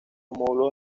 módulos